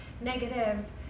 negative